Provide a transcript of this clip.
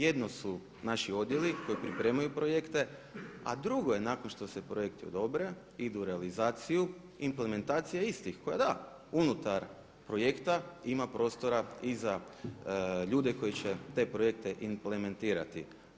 Jedno su naši odjeli koji pripremaju projekte, a drugo je nakon što se projekti odobre idu u realizaciju, implementacija istih koja unutar projekta ima prostora i za ljude koji će te projekte implementirati.